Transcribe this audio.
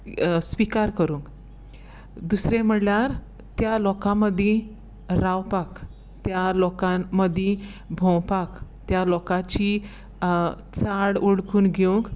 स्विकार करूंक दुसरें म्हणल्यार त्या लोकां मदीं रावपाक त्या लोकां मदीं भोंवपाक त्या लोकांची चाळ वोळखून घेवंक